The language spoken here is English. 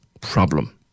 problem